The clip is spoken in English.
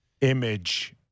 image